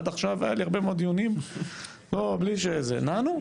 עד עכשיו היו לי הרבה מאוד דיונים, בלי שזה, נענו.